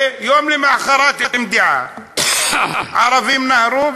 ויום למחרת עם דעה: "הערבים נהרו",